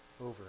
over